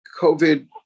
COVID